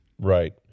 Right